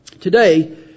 Today